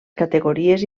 categories